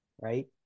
right